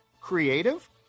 creative